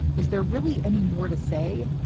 is there really any more to say?